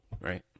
right